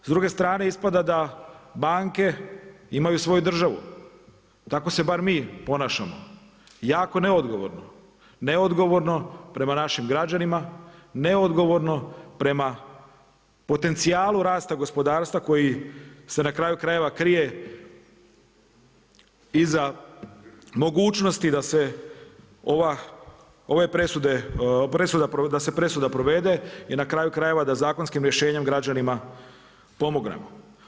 S druge strane ispada da banke imaju svoju državu, tako se bar mi ponašamo, jako neodgovorno, neodgovorno prema našim građanima, neodgovorno prema potencijalu rasta gospodarstva koji se na kraju krajeva krije iza mogućnosti da se ova presuda, da se presuda provede i na kraju krajeva da zakonskim rješenjem građanima pomognemo.